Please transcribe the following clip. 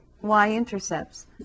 y-intercepts